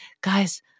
guys